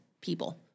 people